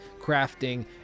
crafting